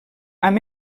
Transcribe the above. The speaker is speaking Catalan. amb